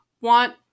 want